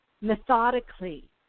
methodically